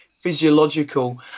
physiological